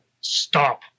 Stop